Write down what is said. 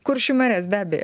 kuršių marias be abejo